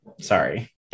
sorry